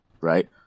Right